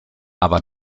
aber